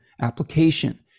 application